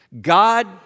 God